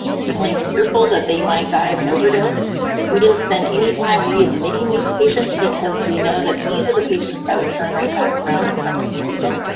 feeling fearful that they might die of an overdose we didn't spend any time readmitting these patients because we know that these are patients that would turn right back around and come into treatment.